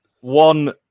One